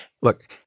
Look